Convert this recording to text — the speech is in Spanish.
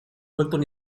colton